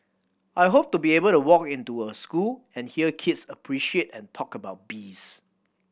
I hope to be able to walk into a school and hear kids appreciate and talk about bees